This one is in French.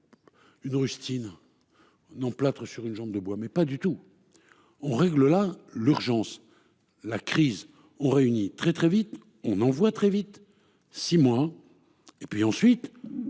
Une rustine. Emplâtre sur une jambe de bois, mais pas du tout. On règle la l'urgence. La crise au réuni très, très vite on en voit très vite six mois. Et puis ensuite.